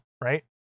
right